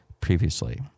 previously